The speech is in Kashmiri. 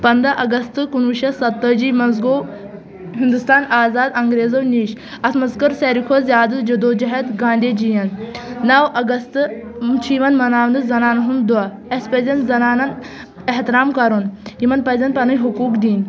پَنٛداہ اَگستہٕ کُنوُہ شیٚتھ سَتتٲجی منٛز گوٚو ہنٛدوستان آزاد اَنگریزو نِش اَتھ منٛز کٔر ساروٕے کھۄتہٕ زیادٕ جدوجہد گانٛدھی جِیَن نَو اَگستہٕ چھُ یِوان مَناونہٕ زَنانَن ہُند دۄہ اسہِ پَزیٚن زَنانن احترام کَرُن یِمَن پَزیٚن پَنٕنۍ حقوٗق دِنۍ